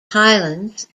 highlands